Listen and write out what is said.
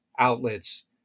outlets